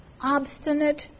obstinate